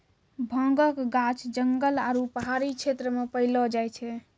भांगक गाछ जंगल आरू पहाड़ी क्षेत्र मे पैलो जाय छै